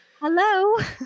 Hello